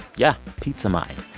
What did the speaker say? yeah, pizza mind.